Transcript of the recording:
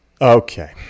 okay